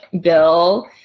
Bill